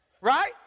right